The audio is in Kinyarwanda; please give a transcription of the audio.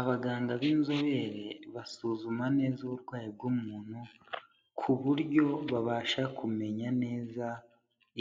Abaganga b'inzobere basuzuma neza uburwayi bw'umuntu, ku buryo babasha kumenya neza